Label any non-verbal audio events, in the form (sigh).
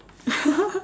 (laughs)